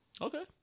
Okay